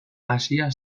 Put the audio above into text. hasia